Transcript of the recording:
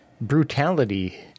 brutality